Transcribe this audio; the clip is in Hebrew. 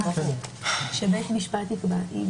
בית משפט יקבע.